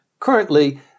Currently